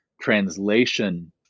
translation